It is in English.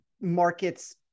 markets